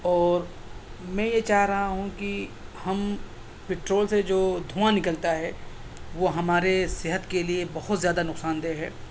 اور میں یہ چاہ رہا ہوں کہ ہم پٹرول سے جو دھواں نکلتا ہے وہ ہمارے صحت کے لیے بہت زیادہ نقصان دہ ہے